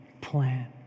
plan